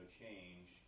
change